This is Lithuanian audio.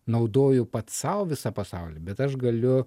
naudoju pats sau visą pasaulį bet aš galiu